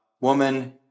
woman